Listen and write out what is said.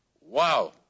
wow